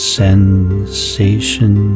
sensation